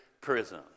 prison